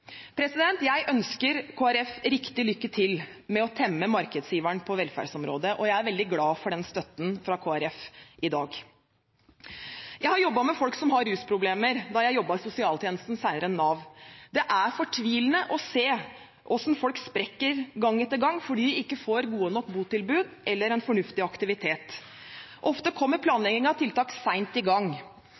Jeg ønsker Kristelig Folkeparti lykke til med å temme markedsiveren på velferdsområdet, og jeg er veldig glad for støtten fra Kristelig Folkeparti i dag. Jeg jobbet med folk som har rusproblemer, da jeg jobbet i sosialtjenesten – senere Nav. Det er fortvilende å se hvordan folk sprekker gang etter gang fordi de ikke får gode nok botilbud eller en fornuftig aktivitet. Ofte kommer planlegging av tiltak sent i gang.